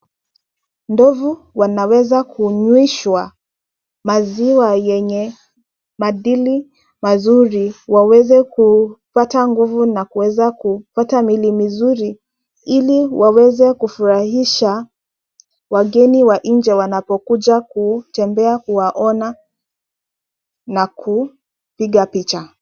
Ndovu wanaweza kunyweshwa maziwa yenye madili mazuri waweze kupata nguvu na kuweza kupata mili mizuri ili waweze kufurahisha wageni wa nje wanapokuja kutembea kuwaona na kupiga picha.